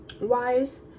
wise